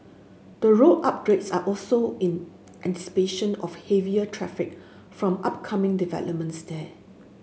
the road upgrades are also in anticipation of heavier traffic from upcoming developments there